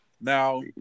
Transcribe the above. Now